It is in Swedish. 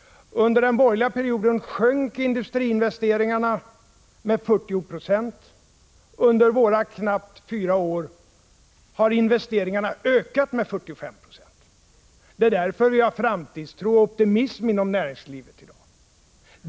Under den borgerliga perioden sjönk industriinvesteringarna med 40 96. Under våra knappt fyra år har investeringarna ökat med 45 96. Det är därför som man har framtidstro och optimism inom näringslivet i dag.